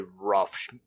rough